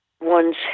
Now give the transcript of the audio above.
One's